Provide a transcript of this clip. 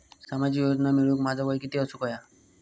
सामाजिक योजना मिळवूक माझा वय किती असूक व्हया?